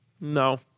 No